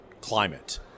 climate